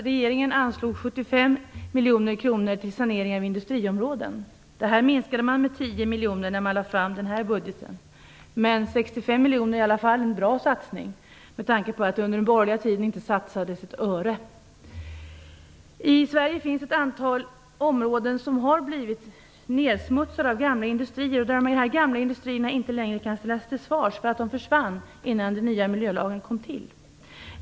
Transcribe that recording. Regeringen anslog nämligen Den summan minskades med 10 miljoner kronor i samband med att budgeten lades fram. 65 miljoner är i alla fall en bra satsning med tanke på att det under den borgerliga tiden inte satsades ett öre. I Sverige finns det ett antal områden som har blivit nedsmutsade av gamla industrier, vilka inte längre kan ställas till svars. De försvann nämligen innan den nya miljölagen kom till.